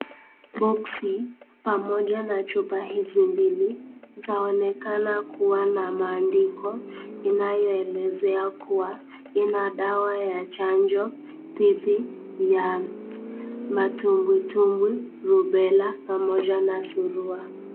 Boksi pamoja na chupa hizi mbili zaonekana kuwa na maandiko inayoelezea kuwa ina dawa ya chanjo dhidi ya matumbwitumbwi, rubela pamoja na surua.